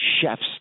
chefs